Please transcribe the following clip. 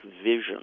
vision